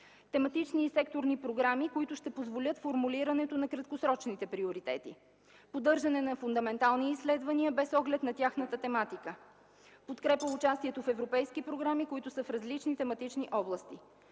Тематични и секторни програми, които ще позволят формулирането на краткосрочните приоритети. Поддържане на фундаментални изследвания, без оглед на тяхната тематика. Подкрепа на участието в европейски програми, които са в различни тематични области.